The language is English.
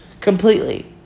completely